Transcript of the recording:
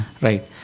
Right